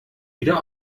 wieder